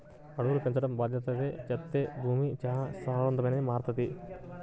అడవులను పెంచడం బాద్దెతగా చేత్తే భూమి చానా సారవంతంగా మారతది